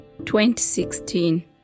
2016